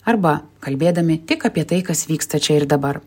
arba kalbėdami tik apie tai kas vyksta čia ir dabar